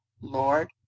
Lord